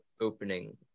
opening